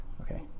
Okay